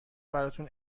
براتون